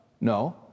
no